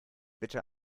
bitte